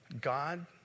God